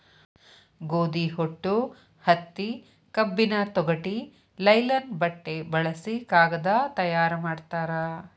ಗೋದಿ ಹೊಟ್ಟು ಹತ್ತಿ ಕಬ್ಬಿನ ತೊಗಟಿ ಲೈಲನ್ ಬಟ್ಟೆ ಬಳಸಿ ಕಾಗದಾ ತಯಾರ ಮಾಡ್ತಾರ